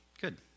Good